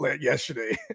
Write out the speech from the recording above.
yesterday